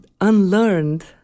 unlearned